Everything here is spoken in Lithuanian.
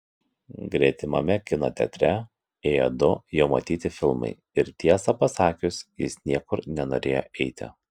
gretimame kino teatre ėjo du jau matyti filmai ir tiesą pasakius jis niekur nenorėjo eiti